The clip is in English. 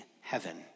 heaven